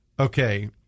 Okay